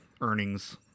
earnings